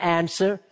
answer